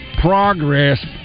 progress